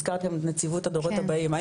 הזכרתם את נציבות הדורות הבאים,